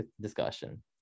discussion